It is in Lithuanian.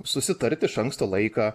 susitarti iš anksto laiką